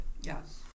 Yes